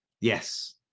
yes